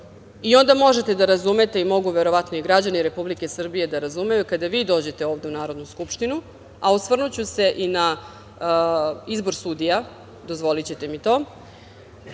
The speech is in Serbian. Onda možete da razumete, mogu verovatno i građani Republike Srbije da razumeju, kada vi dođete ovde u Narodnu skupštinu, a osvrnuću se i na izbor sudija, dozvolićete mi to,